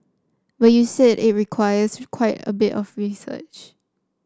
but you said it requires quite a bit of research